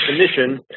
definition